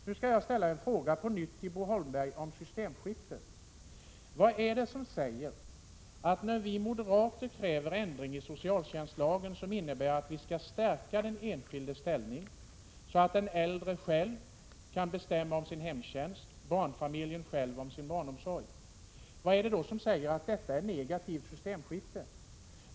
Beträffande systemskiftet vill jag på nytt fråga Bo Holmberg: Vad är det som säger att moderaternas krav på en ändring i socialtjänstlagen, som skulle innebära att den enskildes ställning stärktes — de äldre skulle själva kunna bestämma om sin hemtjänst och barnfamiljerna om sin barnomsorg — skulle vara ett negativt systemskifte?